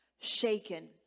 shaken